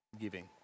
giving